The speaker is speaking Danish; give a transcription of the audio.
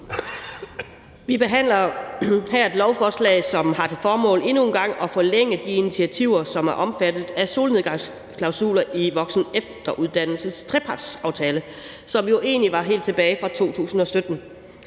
Vi behandler her et lovforslag, som har til formål endnu en gang at forlænge de initiativer, som er omfattet af solnedgangsklausuler i voksen- og efteruddannelsestrepartsaftalen, som jo egentlig er helt tilbage fra 2017.